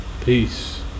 Peace